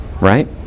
Right